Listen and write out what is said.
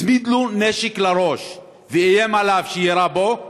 הצמיד לו נשק לראש ואיים עליו שיירה בו,